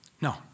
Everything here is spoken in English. No